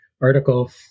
article